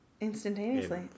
Instantaneously